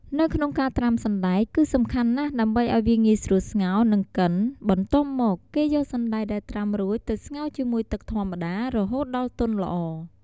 នៅក្នុងការត្រាំសណ្តែកគឺសំខាន់ណាស់ដើម្បីឲ្យវាងាយស្រួលស្ងោរ និងកិន បន្ទាប់មក គេយកសណ្តែកដែលត្រាំរួចទៅស្ងោរជាមួយទឹកធម្មតា រហូតដល់ទុនល្អ។